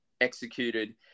executed